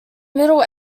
middle